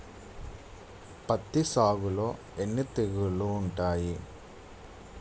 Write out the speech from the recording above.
పత్తి సాగులో ఎన్ని తెగుళ్లు ఉంటాయి?